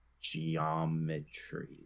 geometry